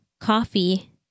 coffee